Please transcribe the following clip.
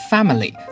Family